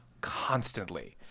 constantly